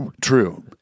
True